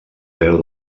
peu